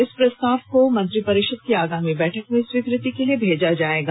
इस प्रस्ताव को मंत्रिपरिषद की आगामी बैठक में स्वीकृति के लिए भेजा जायेगा